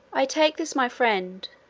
i take this my friend,